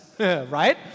right